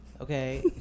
Okay